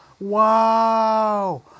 Wow